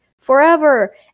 forever